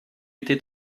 été